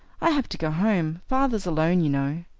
i have to go home father's alone, you know.